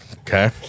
Okay